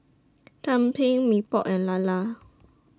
Tumpeng Mee Pok and Lala